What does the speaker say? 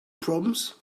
proms